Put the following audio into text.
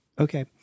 Okay